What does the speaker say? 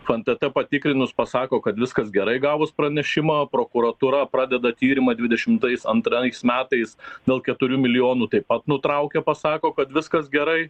fntt patikrinus pasako kad viskas gerai gavus pranešimą prokuratūra pradeda tyrimą dvidešimtais antrais metais dėl keturių milijonų taip pat nutraukia pasako kad viskas gerai